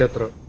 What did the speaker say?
the